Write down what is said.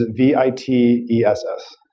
v i t e s s.